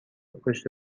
پشت